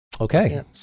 Okay